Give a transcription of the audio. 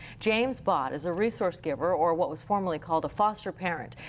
james bott is a resource giver, or what was formerly called a foster parent.